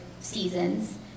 seasons